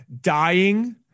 dying